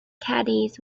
caddies